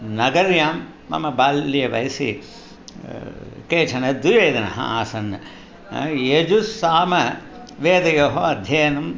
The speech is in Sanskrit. नगर्यां मम बाल्यवयसि केचन द्विवेदिनः आसन् हा यजुस्सामवेदयोः अध्ययनम्